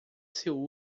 seu